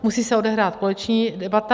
Musí se odehrát koaliční debata.